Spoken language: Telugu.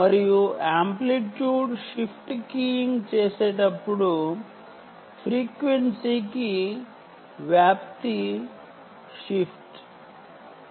మరియు యాంప్లిట్యూడ్ షిఫ్ట్ కీయింగ్ చేసేటప్పుడు ఫ్రీక్వెన్సీకి యాంప్లిట్యూడ్ షిఫ్ట్ చేయాలా